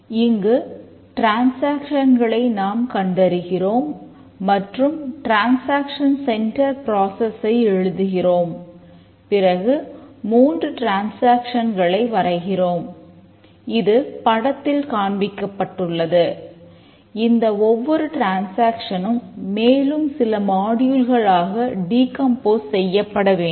இங்கு டிரேன்சேக்சன்களை செய்யப்படவேண்டும்